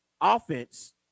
offense